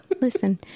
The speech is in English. listen